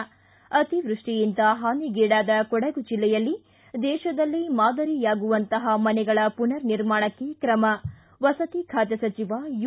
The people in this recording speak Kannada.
ಿ ಅತಿವೃಷ್ಷಿಯಿಂದ ಹಾನಿಗಿಡಾದ ಕೊಡಗು ಜಿಲ್ಲೆಯಲ್ಲಿ ದೇಶದಲ್ಲೇ ಮಾದರಿಯಾಗುವಂತ ಮನೆಗಳ ಪುನರ್ನಿರ್ಮಾಣಕ್ಕೆ ಕ್ರಮ ವಸತಿ ಖಾತೆ ಸಚಿವ ಯು